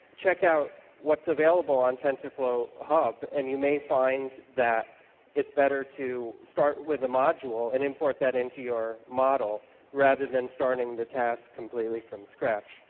check out what's available on tensorflow hub and you may find that it's better to start with a module and import that into your model rather than starting the task completely from scratch.